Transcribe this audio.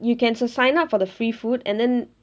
you can sign up for the free food and then